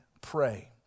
pray